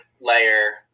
layer